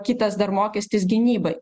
kitas dar mokestis gynybai